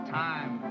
time